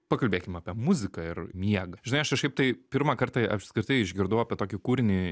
pakalbėkim apie muziką ir miegą žinai aš kažkaip tai pirmą kartą apskritai išgirdau apie tokį kūrinį